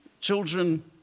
children